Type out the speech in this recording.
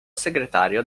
segretario